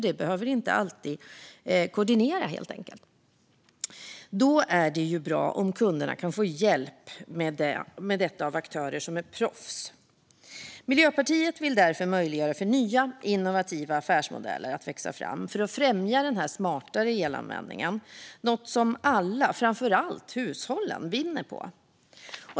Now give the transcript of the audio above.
Det behöver nämligen inte alltid vara koordinerat. Då är det bra om kunderna kan få hjälp med detta av aktörer som är proffs. Miljöpartiet vill därför möjliggöra för nya, innovativa affärsmodeller att växa fram för att främja den här smartare elanvändningen, något som alla, framför allt hushållen, vinner på.